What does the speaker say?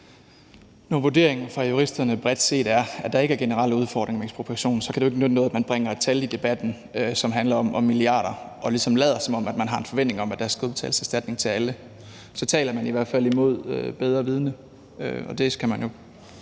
når vurderingerne fra juristerne bredt set er, at der ikke er generelle udfordringer i forhold til ekspropriation, så kan det ikke nytte noget, at man bringer et tal ind i debatten, som handler om milliarder, og ligesom lader, som om man har en forventning om, at der skal udbetales erstatning til alle. Så taler man i hvert fald imod bedre vidende, og det skal man jo